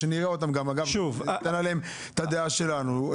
שגם נראה אותן וניתן עליהן את הדעה שלנו,